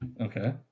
Okay